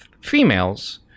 females